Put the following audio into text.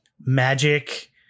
magic